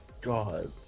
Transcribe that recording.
God